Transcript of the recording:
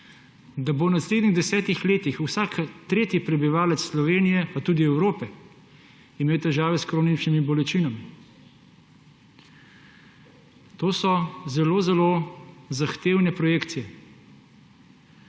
da bo v naslednjih 10 letih vsak tretji prebivalec Slovenije, pa tudi Evrope, imel težave s kroničnimi bolečinami. To so zelo zelo zahtevne projekcije.